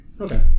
okay